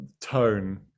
tone